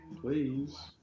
please